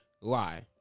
Lie